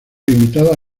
invitada